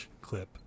clip